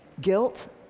Guilt